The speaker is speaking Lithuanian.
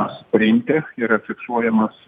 sprinte yra fiksuojamas